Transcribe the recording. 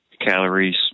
calories